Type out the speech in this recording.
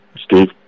Steve